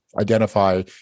identify